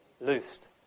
loosed